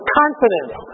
confidence